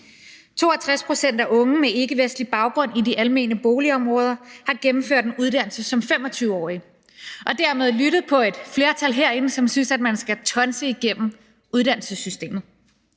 62 pct. af unge med ikkevestlig baggrund i de almene boligområder har gennemført en uddannelse som 25-årige og dermed lyttet til et flertal herinde, som synes, at man skal tonse igennem uddannelsessystemet.